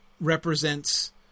represents